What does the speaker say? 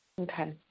okay